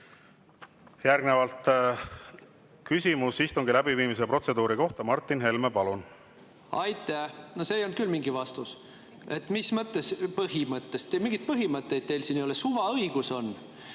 Järgnevalt küsimus istungi läbiviimise protseduuri kohta, Martin Helme, palun! Aitäh! No see ei olnud küll mingi vastus. Mis mõttes põhimõttest? Mingeid põhimõtteid teil siin ei ole, suvaõigus on.